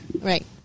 Right